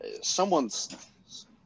Someone's